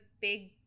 big